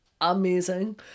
amazing